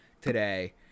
today